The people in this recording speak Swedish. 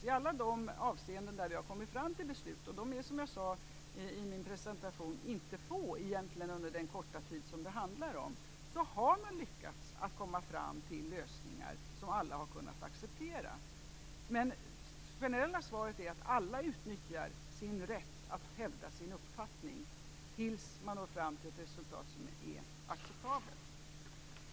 I alla de avseenden där vi har kommit fram till beslut - och de är, som jag sade i min presentation, inte få med tanke på den korta tid som det handlar om - har vi lyckats komma fram till lösningar som alla har kunnat acceptera. Men det generella svaret är att alla utnyttjar sin rätt att hävda sin uppfattning, tills man når fram till ett resultat som är acceptabelt.